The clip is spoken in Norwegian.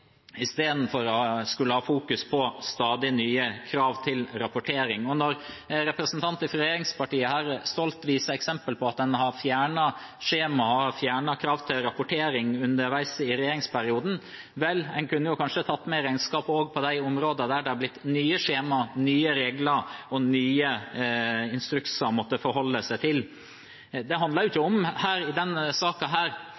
istedenfor å skulle fokusere på stadig nye krav til rapportering. Når representanter fra regjeringspartiene stolt viser eksempel på at en har fjernet skjema og krav til rapportering underveis i regjeringsperioden, kunne en kanskje tatt med i regnskapet de områdene der det har blitt nye skjemaer, nye regler og nye instrukser å måtte forholde seg til. I denne saken handler